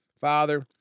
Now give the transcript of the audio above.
Father